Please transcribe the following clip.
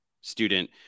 student